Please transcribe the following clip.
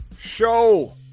show